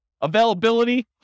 Availability